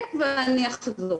לרכוש מוצרי טבק ועישון.